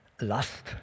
lust